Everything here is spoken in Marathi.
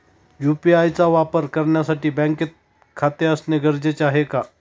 यु.पी.आय चा वापर करण्यासाठी बँकेत खाते असणे गरजेचे आहे का?